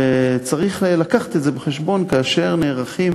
וצריך להביא את זה בחשבון כאשר נערכים